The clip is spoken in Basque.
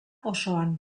osoan